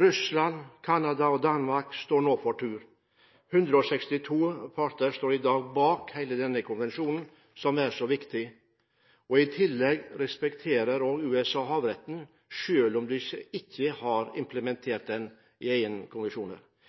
Russland, Canada og Danmark står nå for tur. 162 parter står i dag bak denne konvensjonen, som er så viktig. I tillegg respekterer USA havretten, selv om de selv ikke har implementert den.